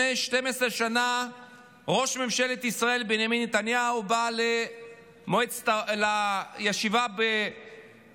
לפני 12 שנה ראש ממשלת ישראל בנימין נתניהו בא לישיבה באו"ם